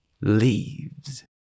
leaves